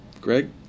Greg